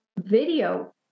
video